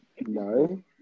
no